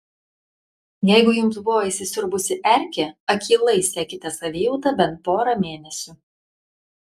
jeigu jums buvo įsisiurbusi erkė akylai sekite savijautą bent porą mėnesių